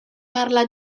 parla